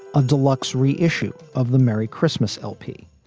a deluxe reissue of the merry christmas lp,